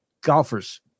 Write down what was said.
golfers